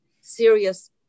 serious